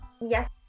yes